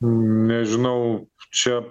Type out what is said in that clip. nežinau čia